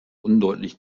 undeutlich